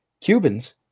Cubans